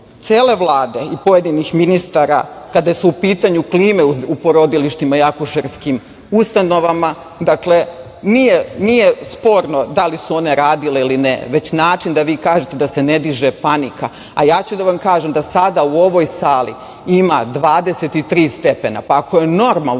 cele Vlade i pojedinih ministara kada su u pitanju klime u porodilištima i akušerskim ustanovama. Nije sporno da li su one radile ili ne, već način da vi kažete da se ne diže panika. Ja ću da vam kažem da sada u ovoj sali ima 23 stepena, pa ako je normalno